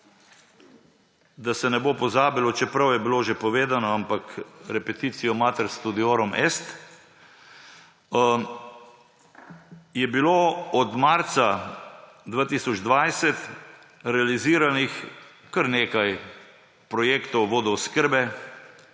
da se ne bo pozabilo, čeprav je bilo že povedano, ampak repetitio mater studiorum est, je bilo od marca 2020 realiziranih kar nekaj projektov vodooskrbe